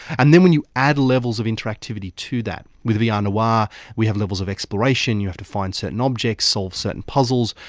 and then when you add levels of interactivity to that, with vr ah noir ah we have levels of exploration, you have to find certain objects, solve certain puzzles,